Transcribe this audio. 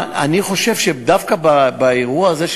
אני חושב שדווקא באירוע הזה,